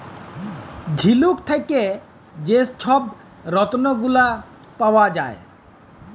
ঝিলুক থ্যাকে যে ছব রত্ল গুলা পাউয়া যায়